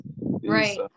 Right